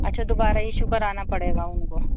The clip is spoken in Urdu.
اچھا دوبارہ ایشو کرانا پڑے گا ان کو